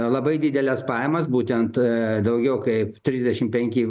labai dideles pajamas būtent daugiau kaip trisdešim penki